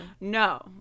No